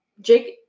Jake